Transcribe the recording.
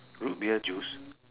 root beer juice